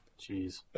Jeez